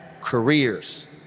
careers